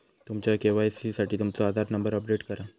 तुमच्या के.वाई.सी साठी तुमचो आधार नंबर अपडेट करा